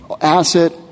asset